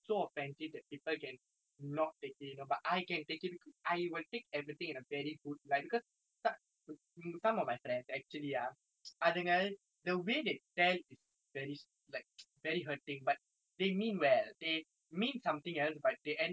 I will take everything in a very good light like some of my friends actually ah அதுங்க:athunga the way they tell is like very like very hurting but they mean well they mean something else by they end up putting in words like very weirdly that will hurt people